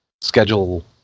schedule